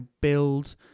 build